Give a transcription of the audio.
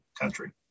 country